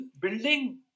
building